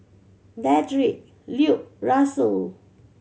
Dedrick Lupe Russell